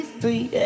free